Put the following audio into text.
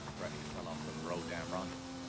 threatening to sell off some rodin bronzes.